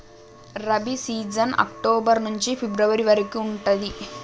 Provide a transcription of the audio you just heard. rabi season October నుంచి February వరకు ఉంటది